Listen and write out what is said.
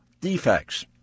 defects